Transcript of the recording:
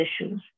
issues